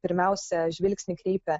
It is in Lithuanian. pirmiausia žvilgsnį kreipia